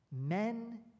Men